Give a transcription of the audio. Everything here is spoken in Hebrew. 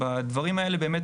בדברים האלה באמת,